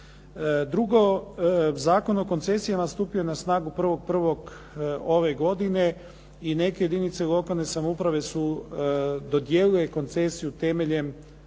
Drugo, Zakon o koncesijama stupio je na snagu 1.1. ove godine i neke jedinice lokalne samouprave su dodijelile koncesiju temeljem